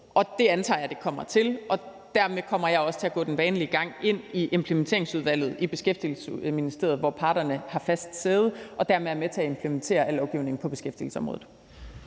det antager jeg at det kommer til, og dermed kommer jeg også til at gå den vanlige gang ind i implementeringsudvalget i Beskæftigelsesministeriet, hvor parterne har fast sæde og dermed er med til at implementere al lovgivning på beskæftigelsesområdet.